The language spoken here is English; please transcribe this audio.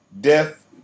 death